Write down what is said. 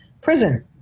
prison